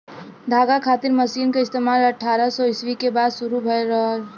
धागा खातिर मशीन क इस्तेमाल अट्ठारह सौ ईस्वी के बाद शुरू भयल रहल